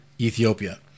Ethiopia